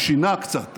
הוא שינה קצת,